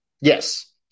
Yes